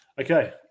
Okay